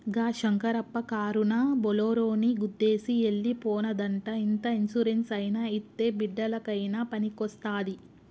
గా శంకరప్ప కారునా బోలోరోని గుద్దేసి ఎల్లి పోనాదంట ఇంత ఇన్సూరెన్స్ అయినా ఇత్తే బిడ్డలకయినా పనికొస్తాది